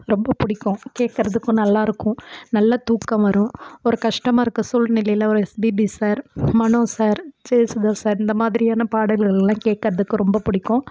ரொம்ப பிடிக்கும் கேட்கறதுக்கும் நல்லாயிருக்கும் நல்லா தூக்கம் வரும் ஒரு கஷ்டமாக இருக்கற சூழ்நிலையில் ஒரு SPB sir Mano sir Jesudas sir இந்த மாதிரியான பாடல்களெல்லாம் கேட்கறதுக்கு ரொம்ப பிடிக்கும்